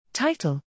Title